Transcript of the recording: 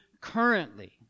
currently